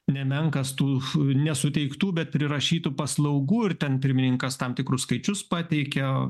nemenkas tų nesuteiktų bet prirašytų paslaugų ir ten pirmininkas tam tikrus skaičius pateikė